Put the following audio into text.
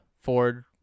Ford